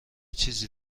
چیزی